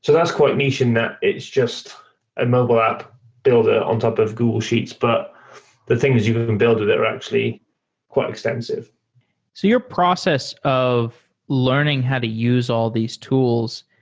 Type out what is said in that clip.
that's quite niche and that it's just a mobile app builder on top of google sheets. but the things you can build with it are actually quite extensive your process of learning how to use all these tools,